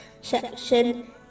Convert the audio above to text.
section